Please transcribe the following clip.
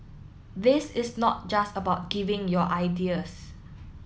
this is not just about giving your ideas